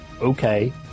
Okay